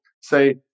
say